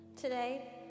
Today